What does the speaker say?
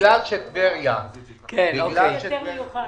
שבגלל שטבריה היא